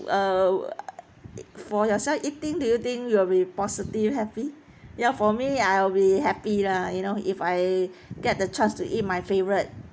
uh err for yourself eating do you think you'll be positive happy ya for me I'll be happy lah you know if I get the chance to eat my favorite